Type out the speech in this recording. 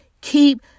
Keep